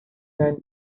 and